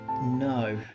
No